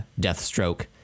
Deathstroke